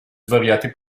svariati